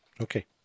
Okay